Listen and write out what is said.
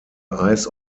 eis